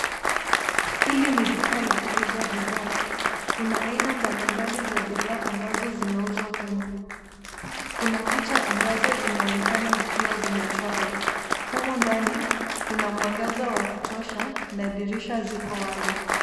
Hili ni duka la kuuza bidhaa. Kuna aina mbalimbali za bidhaa ambazo zinauzwa humu. Kuna picha ambazo zinaonekana zikiwa zimechorwa. Humu ndani, kuna mwangaza wa kutosha na dirisha ziko wazi.